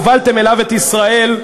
הובלתם אליו את ישראל,